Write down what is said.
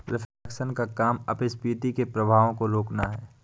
reflation का काम अपस्फीति के प्रभावों को रोकना है